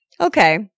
Okay